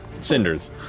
Cinders